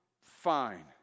fine